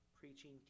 preaching